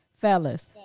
fellas